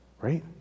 Right